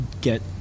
get